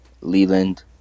Leland